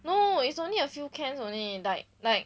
no it's only a few can only like like